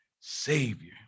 Savior